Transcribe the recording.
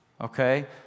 okay